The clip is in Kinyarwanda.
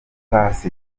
paccy